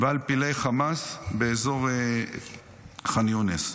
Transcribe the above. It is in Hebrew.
ועל פעילי חמאס באזור ח'אן יונס.